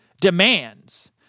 demands